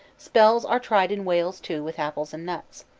spells are tried in wales too with apples and nuts.